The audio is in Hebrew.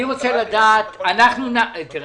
תראה,